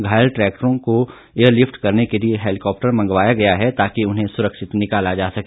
घायल ट्रैकरों कोएयरलिफ्ट करने के लिए हैलीकॉप्टर मंगवाया गया है ताकि उन्हें सुरक्षित निकाला जा सके